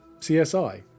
csi